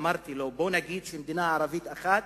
אמרתי לו: בוא נגיד שמדינה ערבית אחת,